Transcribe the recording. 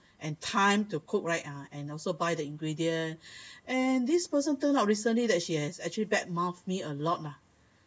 and time to cook right ah and also buy the ingredients and this person turned out recently that she had actually bad mouthed me a lot lah